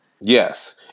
Yes